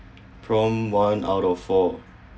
from one out of four